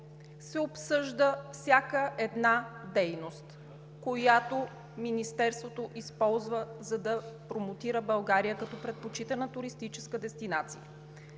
се обсъжда всяка една дейност, която Министерството използва, за да промотира България като предпочитана туристическа дестинация.